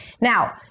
Now